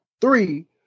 Three